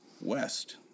West